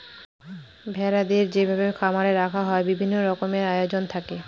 ভেড়াদের যেভাবে খামারে রাখা হয় বিভিন্ন রকমের আয়োজন থাকে